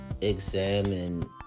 examine